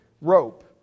rope